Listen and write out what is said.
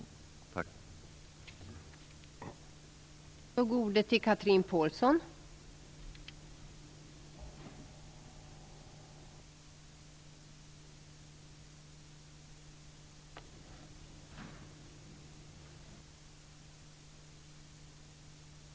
Tack!